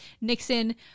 Nixon